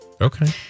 Okay